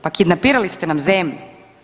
Pa kidnapirali ste nam zemlju.